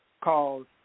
called